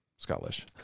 Scottish